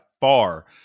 far